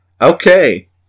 Okay